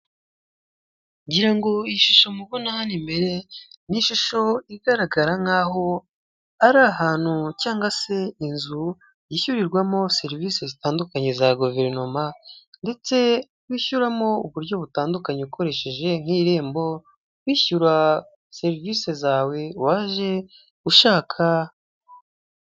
Ngira ngo iyi shusho mubona hano imbere, ni ishusho igaragara nk'aho ari ahantu cyangwa se inzu yishyurirwamo serivisi zitandukanye za goverinoma ndetse wishyuramo uburyo butandukanye ukoresheje nk'irembo, wishyura serivisi zawe waje ushaka